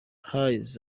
hayes